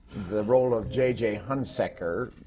the role of j j. hunsecker,